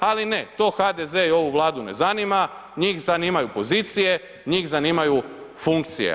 Ali ne, to HDZ i ovu Vladu ne zanima, njih zanimaju pozicije, njih zanimaju funkcije.